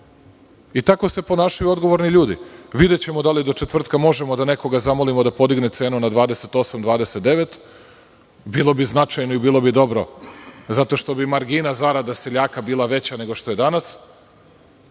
i tako se ponašaju odgovorni ljudi. Videćemo da li do četvrtka možemo nekoga da zamolimo da podigne cenu na 28, 29, bilo bi značajno i bilo bi dobro zato što bi margina zarada seljaka bila veća nego što je danas,